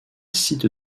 site